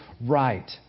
right